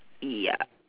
ya